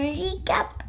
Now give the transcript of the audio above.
recap